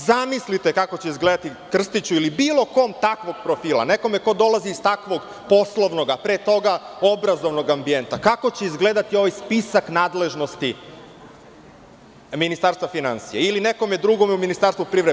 Zamislite, kako će izgledati Krstiću, ili bilo kom takvog profila, nekome ko dolazi iz takvog poslovnog, a pre toga obrazovnog ambijenta, kako će izgledati ovaj spisak nadležnosti Ministarstva finansija ili nekom drugom u Ministarstvu privrede?